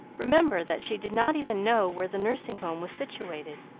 remember that she did not even know where the nursing home was situated.